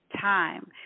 time